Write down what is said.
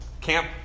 Camp